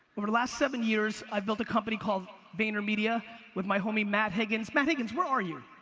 over the last seven years, i built a company called vaynermedia with my homie matt higgins. matt higgins, where are you?